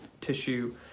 tissue